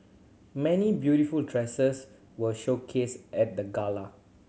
many beautiful dresses were showcased at the gala